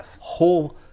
whole